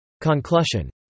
conclusion